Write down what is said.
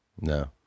no